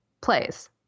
plays